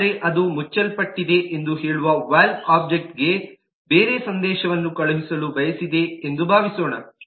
ಆದರೆ ಅದು ಮುಚ್ಚಲ್ಪಟ್ಟಿದೆ ಎಂದು ಹೇಳುವ ವಾಲ್ವ್ ಒಬ್ಜೆಕ್ಟ್ಗೆ ಬೇರೆ ಸಂದೇಶವನ್ನು ಕಳುಹಿಸಲು ಬಯಸಿದೆ ಎಂದು ಭಾವಿಸೋಣ